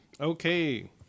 Okay